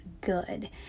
good